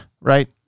Right